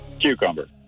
Cucumber